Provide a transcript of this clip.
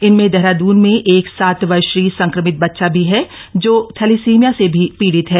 इनमें देहरादून में एक सात वर्षीय संक्रमित बच्चा भी है जो थैलीसीमिया से भी पीड़ित है